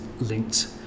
linked